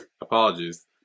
apologies